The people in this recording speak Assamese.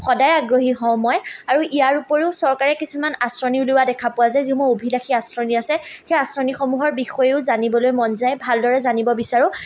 সদায় আগ্ৰহী হওঁ মই আৰু ইয়াৰ উপৰিও চৰকাৰে কিছুমান আঁচনি উলিওৱা দেখা পোৱা যায় যিসমূহ অভিলাসী আঁচনি আছে সেই আঁচনিসমূহৰ বিষয়েও জানিবলৈ মন যায় ভালদৰে জানিব বিচাৰোঁ